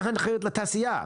כמו כן הנחיות לתעשייה,